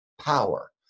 Power